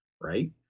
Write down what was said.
right